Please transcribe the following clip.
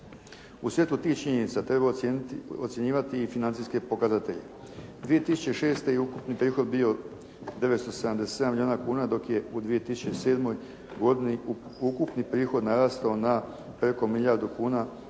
U svjetlu tih činjenica treba ocjenjivati i financijske pokazatelje. 2006. je ukupni prihod bio 977 milijuna kuna dok je u 2007. godini ukupni prihod narastao na preko milijardu kuna